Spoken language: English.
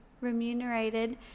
remunerated